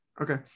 Okay